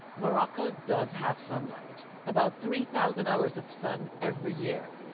morocco does have sunlight, about three thousand hours of sun every year.